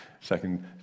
Second